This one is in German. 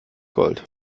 gold